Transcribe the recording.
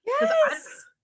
Yes